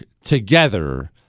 together